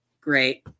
Great